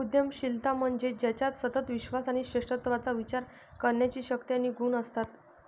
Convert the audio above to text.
उद्यमशीलता म्हणजे ज्याच्यात सतत विश्वास आणि श्रेष्ठत्वाचा विचार करण्याची शक्ती आणि गुण असतात